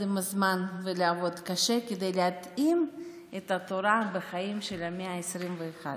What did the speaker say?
עם הזמן ולעבוד קשה כדי להתאים את התורה לחיים של המאה ה-21,